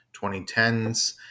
2010s